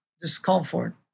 discomfort